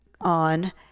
on